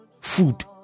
food